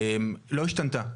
לא השתנתה,